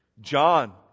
John